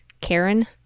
Karen